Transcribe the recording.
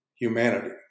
Humanity